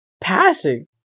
passing